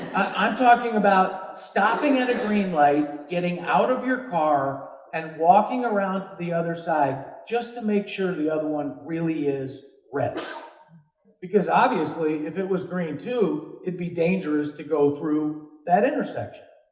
i'm talking about stopping at a green light, getting out of your car and walking around to the other side, just to make sure the other one really is red because, obviously, if it was green too, it'd be dangerous to go through that intersection.